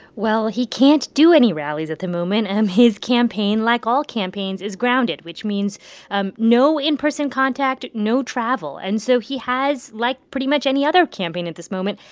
well, he can't do any rallies at the moment. and um his campaign, like all campaigns, is grounded, which means um no in-person contact, no travel. and so he has, like pretty much any other campaign at this moment,